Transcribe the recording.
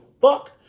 fuck